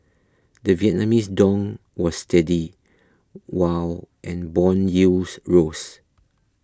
the Vietnamese dong was steady while and bond yields rose